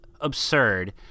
absurd